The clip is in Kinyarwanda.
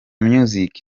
music